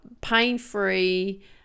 pain-free